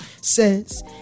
says